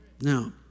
Now